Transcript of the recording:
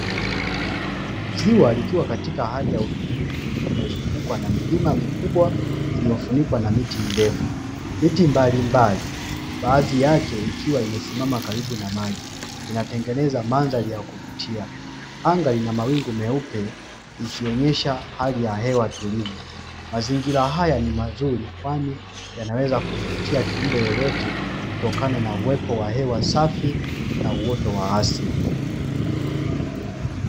Ziwa likiwa katika hali ya utulivu limezungukwa na milima mikubwa, iliyofunikwa na miti mirefu miti mbali mbali baadhi yake ikiwa imesimama karibu na maji inatengeneza mandhari ya kuvutia anga lina mawingu meupe, ikionyesha hali ya hewa tulivu mazingira haya ni mazuri kwani yanaweza kumvutia kiumbe yoyote kutokana na uwepo wa hewa safi na wote wa asili.